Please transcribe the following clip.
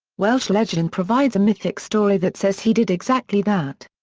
welsh legend provides a mythic story that says he did exactly that.